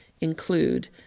include